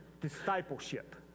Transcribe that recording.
discipleship